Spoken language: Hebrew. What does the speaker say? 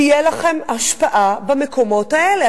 תהיה לכם השפעה במקומות האלה.